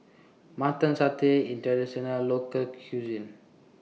Mutton Satay IS A Traditional Local Cuisine